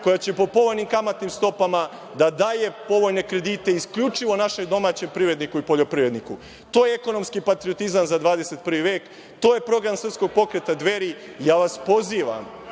koja će po povoljnim kamatnim stopama da daje povoljne kredite isključivo našem domaćem privredniku i poljoprivredniku. To je ekonomski patriotizam za 21. vek. To je program Srpskog pokreta Dveri. Pozivam